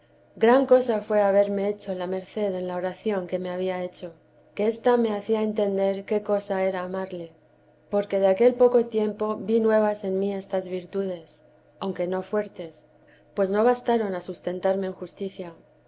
gran cosa fué haberme hecho la merced en la oración que me había hecho que ésta me hacía entender qué cosa era amarle porque de aquel poco tiempo vi nuevas en mí estas virtudes aunque no fuertes pues no bastaron a sustentarme